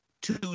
two